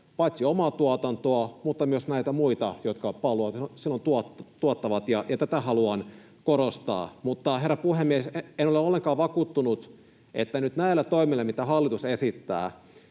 paitsi omaa tuotantoa, mutta myös näitä muita, jotka palvelua tuottavat. Tätä haluan korostaa. Mutta, herra puhemies, en ole ollenkaan vakuuttunut, että nyt näillä toimilla, mitä hallitus esittää,